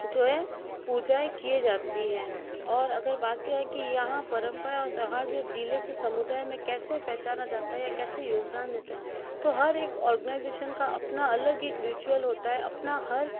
जो है पूजाएँ किए जाती हैं और अगर बात क्या है कि यहाँ परंपरा और त्यौहार जो ज़िले के समुदाय में कैसे पहचाना जाता है कैसे योगदान देते हैं तो हर एक ऑर्गेनाइजेशन का अपना अलग एक रिचुअल होता है अपना हर